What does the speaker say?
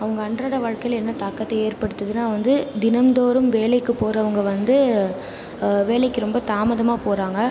அவங்க அன்றாடம் வாழ்க்கையில் என்ன தாக்கத்தை ஏற்படுத்ததுனா வந்து தினம்தோறும் வேலைக்கு போகிறவங்க வந்து வேலைக்கு ரொம்ப தாமதமாக போகிறாங்க